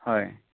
হয়